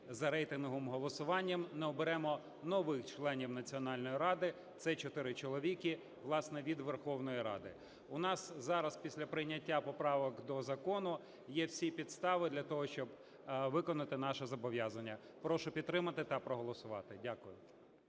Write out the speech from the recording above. за рейтинговим голосуванням не оберемо нових членів Національної ради – це 4 чоловіки, власне, від Верховної Ради. У нас зараз після прийняття поправок до закону є всі підстави для того, щоб виконати наше зобов'язання. Прошу підтримати та проголосувати. Дякую.